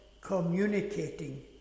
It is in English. communicating